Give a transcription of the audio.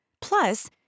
Plus